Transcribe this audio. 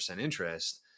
interest